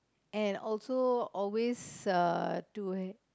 and also always uh to